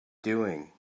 doing